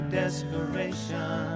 desperation